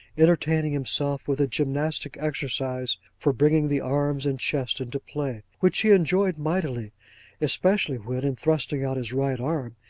entertaining himself with a gymnastic exercise for bringing the arms and chest into play which he enjoyed mightily especially when, in thrusting out his right arm,